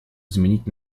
изменить